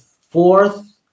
fourth